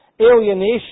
alienation